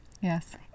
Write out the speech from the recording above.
Yes